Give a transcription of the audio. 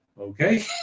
okay